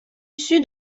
issu